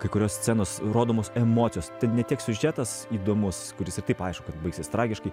kai kurios scenos rodomos emocijos ten ne tiek siužetas įdomus kuris ir taip aišku kad baigsis tragiškai